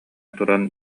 туран